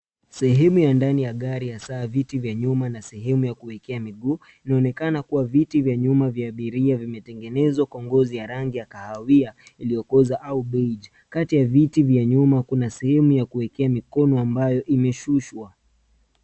Sehemu ya ndani ya gari hasa viti vya nyuma na sehemu ya kuwekea miguu. Inaonekana kuwa viti vya nyuma vya abiria vimetengenezwa kwa ngozi ya rangi ya kahawia iliyokoza au (cs)beij(cs).Kati ya viti vya nyuma kuna sehemu ya kuwekea mikono ambayo imeshushwa.